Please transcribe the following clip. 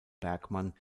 bergman